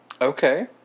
Okay